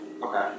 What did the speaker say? Okay